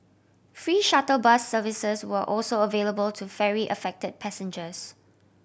free shuttle bus services were also available to ferry affected passengers